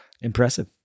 Impressive